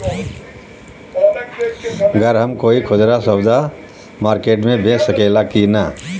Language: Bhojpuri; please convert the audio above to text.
गर हम कोई खुदरा सवदा मारकेट मे बेच सखेला कि न?